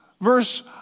verse